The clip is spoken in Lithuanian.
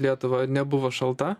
lietuvą nebuvo šalta